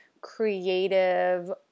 creative